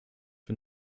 für